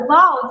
Wow